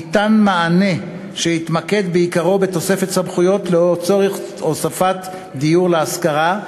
ניתן מענה שהתמקד בעיקרו בתוספת סמכויות לצורך הוספת דיור להשכרה,